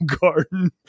garden